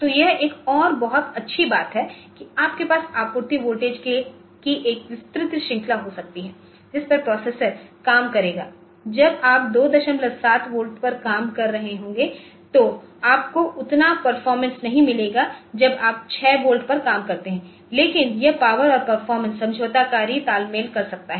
तो यह एक और बहुत अच्छी बात है कि आपके पास आपूर्ति वोल्टेज की एक विस्तृत श्रृंखला हो सकती है जिस पर प्रोसेसर काम करेगा जब आप 27 वोल्ट पर काम कर रहे होंगे तो आपको उतना परफॉरमेंस नहीं मिलेगा जब आप 6 वोल्ट पर काम करते हैं लेकिन यह पावर और परफॉरमेंस समझौताकारी तालमेल कर सकता है